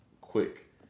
quick